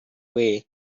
way